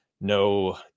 no